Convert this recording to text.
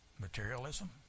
materialism